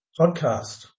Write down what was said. podcast